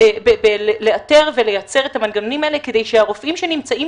לאתר ולייצר את המנגנונים האלה כדי שהרופאים שנמצאים